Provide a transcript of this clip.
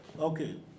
Okay